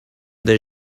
their